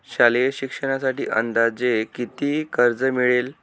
शालेय शिक्षणासाठी अंदाजे किती कर्ज मिळेल?